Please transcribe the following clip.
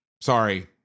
Sorry